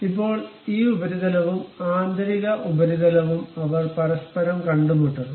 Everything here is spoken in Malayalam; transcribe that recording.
ഇപ്പോൾ ഈ ഉപരിതലവും ആന്തരിക ഉപരിതലവും അവർ പരസ്പരം കണ്ടുമുട്ടണം